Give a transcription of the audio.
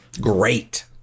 Great